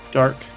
dark